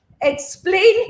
explain